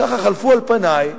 ככה חלפו על פני,